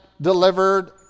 delivered